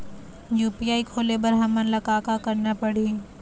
UPI खोले बर हमन ला का का करना पड़ही?